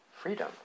freedom